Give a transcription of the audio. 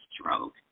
stroke